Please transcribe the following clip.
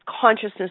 consciousness